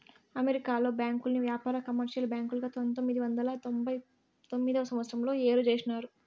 అమెరికాలో బ్యాంకుల్ని వ్యాపార, కమర్షియల్ బ్యాంకులుగా పంతొమ్మిది వందల తొంభై తొమ్మిదవ సంవచ్చరంలో ఏరు చేసినారు